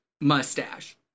mustache